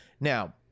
Now